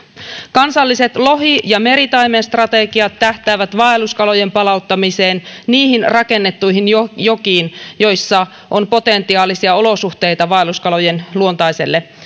kansalliset lohi ja meritaimenstrategiat tähtäävät vaelluskalojen palauttamiseen niihin rakennettuihin jokiin joissa on potentiaalisia olosuhteita vaelluskalojen luontaiselle